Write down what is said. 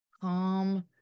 calm